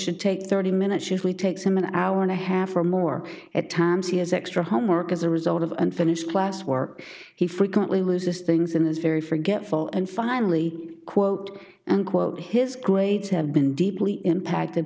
should take thirty minutes usually takes him an hour and a half or more at times he has extra homework as a result of unfinished class work he frequently loses things and is very forgetful and finally quote unquote his grades have been deeply impacted